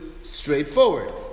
straightforward